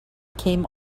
came